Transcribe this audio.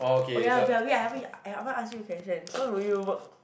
oh ya by the way I haven't I haven't ask you the question so would you work